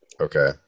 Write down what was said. okay